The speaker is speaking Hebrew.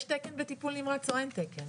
יש תקן בטיפול נמרץ או אין תקן?